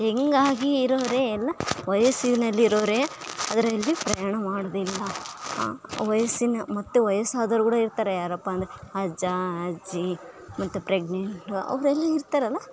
ಯಂಗಾಗಿ ಇರೋವ್ರೆ ಎಲ್ಲ ವಯಸ್ಸಿನಲ್ಲಿ ಇರೋರೆ ಅದರಲ್ಲಿ ಪ್ರಯಾಣ ಮಾಡೋದಿಲ್ಲ ವಯಸ್ಸಿನ ಮತ್ತು ವಯಸ್ಸಾದೋರು ಕೂಡ ಇರ್ತಾರೆ ಯಾರಪ್ಪ ಅಂದರೆ ಅಜ್ಜ ಅಜ್ಜಿ ಮತ್ತು ಪ್ರೆಗ್ನೆಂಟ್ ಅವರೆಲ್ಲ ಇರ್ತಾರಲ್ಲ